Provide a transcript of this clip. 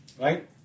right